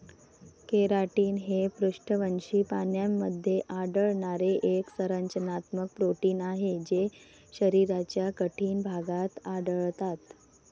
keratin हे पृष्ठवंशी प्राण्यांमध्ये आढळणारे एक संरचनात्मक प्रोटीन आहे जे शरीराच्या कठीण भागात आढळतात